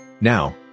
Now